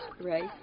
right